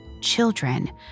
children